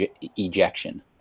ejection